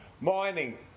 Mining